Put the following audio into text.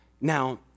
Now